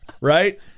Right